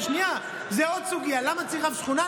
שנייה, זו עוד סוגיה, למה צריך רב שכונה.